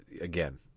Again